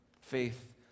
Faith